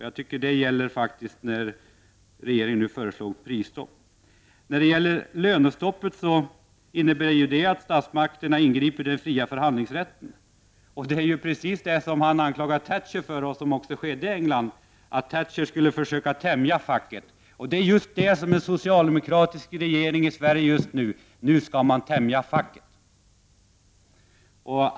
Jag tycker att det faktiskt gäller när regeringen nu föreslår prisstopp. Beträffande lönestoppet innebär ju det att statsmakterna ingriper i den fria förhandlingsrätten. Det är ju precis det som man anklagar Thatcher för och som också skedde i England. Thatcher skulle försöka tämja facket. Det är just det som en socialdemokratisk regering i Sverige nu skall göra — nu skall man tämja facket.